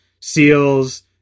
seals